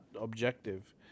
objective